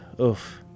Oof